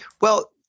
Well-